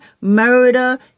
murder